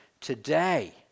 today